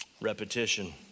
repetition